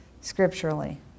scripturally